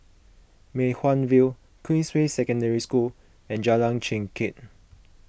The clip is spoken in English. Mei Hwan View Queensway Secondary School and Jalan Chengkek